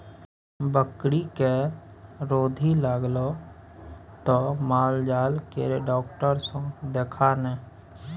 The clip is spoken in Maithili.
बकरीके रौदी लागलौ त माल जाल केर डाक्टर सँ देखा ने